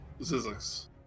Zizix